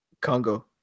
Congo